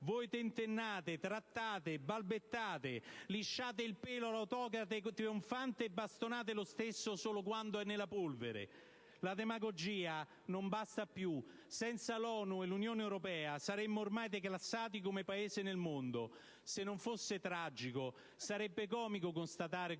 voi tentennate, trattate, balbettate, lisciate il pelo all'autocrate trionfante e bastonate lo stesso solo quando è nella polvere. La demagogia non basta più: senza l'ONU e l'Unione europea saremmo ormai declassati come Paese nel mondo. Se non fosse tragico, sarebbe comico constatare